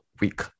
week